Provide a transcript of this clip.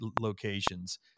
locations